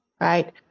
right